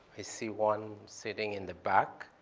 i see one sitting in the back.